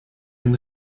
den